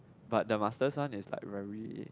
but the master's one is like very